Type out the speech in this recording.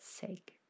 sake